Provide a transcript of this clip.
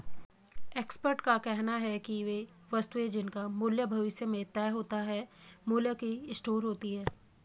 expert का कहना है कि वे वस्तुएं जिनका मूल्य भविष्य में तय होता है मूल्य की स्टोर होती हैं